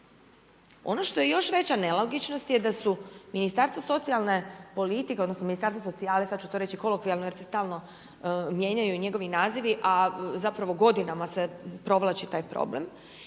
Ono što je još veća nelogičnost je da su Ministarstvo socijalne politike, odnosno Ministarstvo socijale, sad ću to reći kolokvijalno jer se stalno mijenjaju njegovi nazivi a zapravo godinama se provlači taj problem,